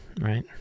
right